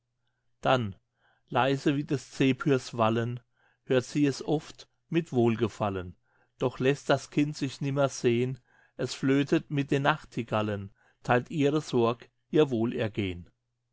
dann leise wie des zephyrs wallen hört sie es oft mit wohlgefallen doch läßt das kind sich nimmer sehn es flötet mit den nachtigallen theilt ihre sorg ihr wohlergehn